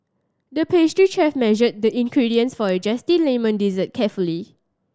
the pastry chef measured the ingredients for a zesty lemon dessert carefully